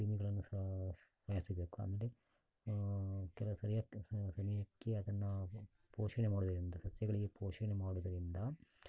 ಕ್ರಿಮಿಗಳನ್ನು ಸ ಸಾಯಿಸಬೇಕು ಆಮೇಲೆ ಕೆಲವು ಸರಿಯಕ್ ಸಮಯಕ್ಕೆ ಅದನ್ನು ಪೋಷಣೆ ಮಾಡುವುದರಿಂದ ಸಸ್ಯಗಳಿಗೆ ಪೋಷಣೆ ಮಾಡುವುದರಿಂದ